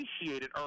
appreciated